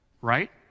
right